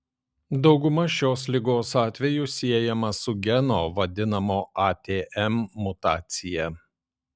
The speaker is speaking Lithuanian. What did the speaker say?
dauguma šios ligos atvejų siejama su geno vadinamo atm mutacija